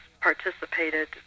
participated